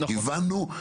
הבנו,